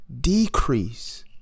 decrease